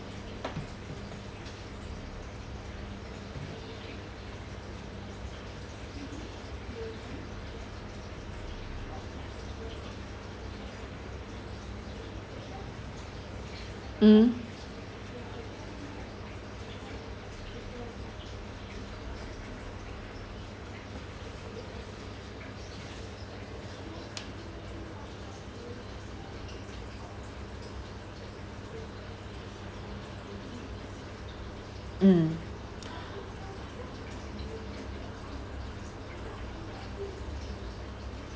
mm mm